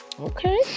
Okay